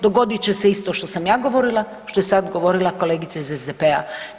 Dogodit će se isto što sam ja govorili i što je sad govorila kolegica iz SDP-a.